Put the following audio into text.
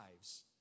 lives